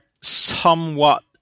somewhat